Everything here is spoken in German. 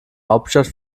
hauptstadt